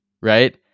right